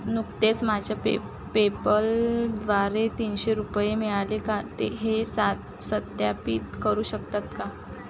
नुकतेच माझ्या पे पेपलद्वारे तीनशे रुपये मिळाले का ते हे सा सत्यापित करू शकतात का